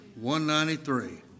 193